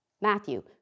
Matthew